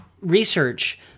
research